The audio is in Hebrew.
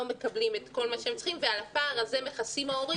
מקבלים את כל מה שהם צריכים ועל הפער הזה מכסים ההורים